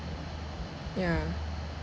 ya